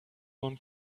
one